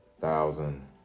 Thousand